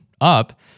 up